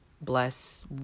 bless